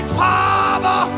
father